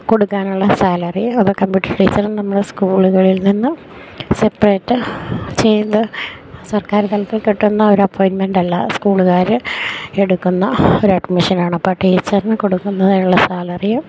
കൊടുക്കാനുള്ള സാലറി അത് computer teacher നമ്മള് സ്കൂളുകളിൽനിന്ന് സെപ്പറേറ്റ് ചെയ്ത് സർക്കാർതലത്തിൽ കിട്ടുന്ന ഒരപ്പോയിൻമെൻറ്റല്ല സ്കൂളുകാര് എടുക്കുന്ന ഒരഡ്മിഷനാണ് അപ്പോള് ടീച്ചറിനു കൊടുക്കുന്നതിനുള്ള സാലറിയും